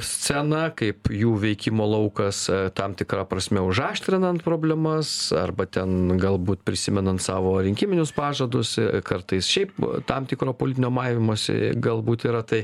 scena kaip jų veikimo laukas tam tikra prasme užaštrinant problemas arba ten galbūt prisimenant savo rinkiminius pažadus kartais šiaip tam tikro politinio maivymosi galbūt yra tai